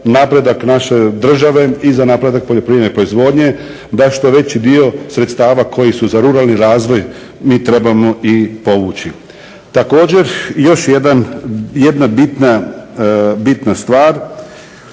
napredak naše države i za napredak poljoprivredne proizvodnje da što veći dio sredstava koji su za ruralni razvoj mi trebamo i povući. Također, još jedna bitna stvar